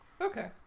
Okay